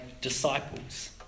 disciples